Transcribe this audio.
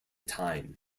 time